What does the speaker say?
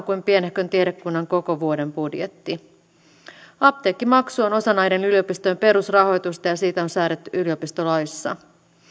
kuin pienehkön tiedekunnan koko vuoden budjetti apteekkimaksu on osa näiden yliopistojen perusrahoitusta ja siitä on säädetty yliopistolaissa